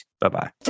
Bye-bye